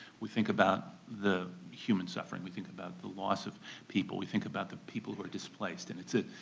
we think about the human suffering. we think about the loss of people. we think about the people who are displaced, and it's, ah